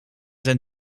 zijn